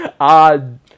odd